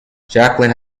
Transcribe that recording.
jacqueline